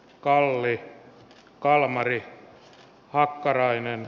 olli kalmari hakkarainen